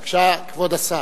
בבקשה, כבוד השר.